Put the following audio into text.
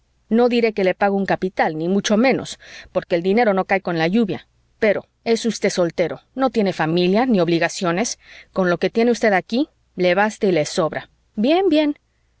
no diré que le pago un capital ni mucho menos porque el dinero no cae con la lluvia pero es usted soltero no tiene usted familia ni obligaciones con lo que tiene usted aquí le basta y le sobra bien bien